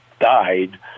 died